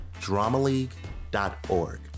dramaleague.org